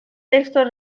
textos